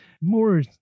More